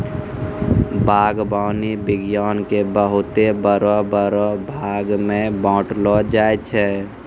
बागवानी विज्ञान के बहुते बड़ो बड़ो भागमे बांटलो जाय छै